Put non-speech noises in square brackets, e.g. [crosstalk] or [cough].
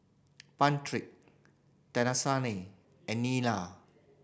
Patric [unintelligible] and Nyla